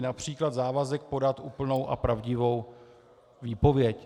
Například závazek podat úplnou a pravdivou výpověď.